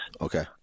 okay